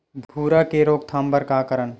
भूरा के रोकथाम बर का करन?